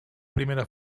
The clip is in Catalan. primera